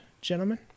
gentlemen